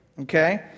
Okay